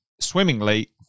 swimmingly